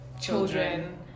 Children